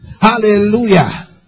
Hallelujah